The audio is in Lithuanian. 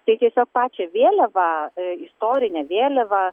tai tiesiog pačią vėliavą ee istorinę vėliavą